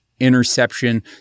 Interception